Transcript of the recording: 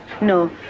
No